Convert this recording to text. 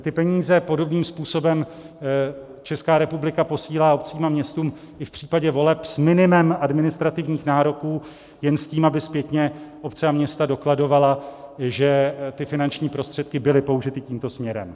Ty peníze podobným způsobem Česká republika posílá obcím a městům i v případě voleb s minimem administrativních nároků, jen s tím, aby zpětně obce a města dokladovaly, že ty finanční prostředky byly použity tímto směrem.